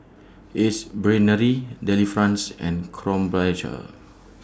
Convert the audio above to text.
Ace Brainery Delifrance and Krombacher